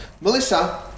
Melissa